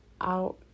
out